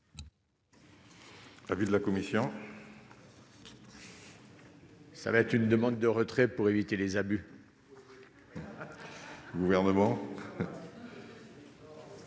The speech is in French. L'avis de la commission. ça va être une demande de retrait pour éviter les abus. Gouvernement.